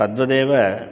तद्वदेव